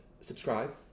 subscribe